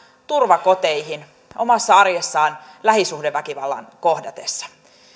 turvakoteihin omassa arjessaan lähisuhdeväkivallan kohdatessa